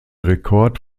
rekord